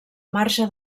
marge